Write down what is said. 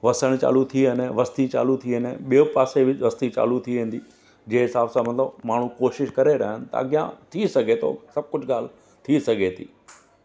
वसणु चालू थी वया आहिनि वस्ती चालू थी आहिनि ॿियो पासे बि रस्ती चालू थी वेंदी जंहिं हिसाब सां मतिलबु माण्हू कोशिशि करे रहिया आहिनि त अॻियां थी सघे थो सभु कुझु ॻाल्हि थी सघे थी